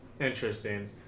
interesting